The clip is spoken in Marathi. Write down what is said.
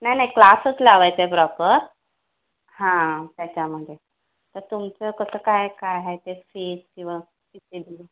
नाही नाही क्लासच लावायचा आहे प्रॉपर हां त्याच्यामध्ये तर तुमचं कसं काय काय आहे ते फीस किंवा किती दिव